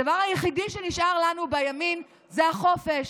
הדבר היחיד שנשאר לנו בימין, הוא החופש,